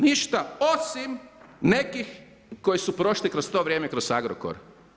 Ništa, osim nekih koji su prošli kroz to vrijeme kroz Agrokor.